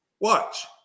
Watch